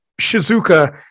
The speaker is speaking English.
Shizuka